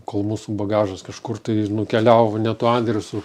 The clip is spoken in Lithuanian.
kol mūsų bagažas kažkur tai nukeliavo ne tuo adresu